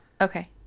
Okay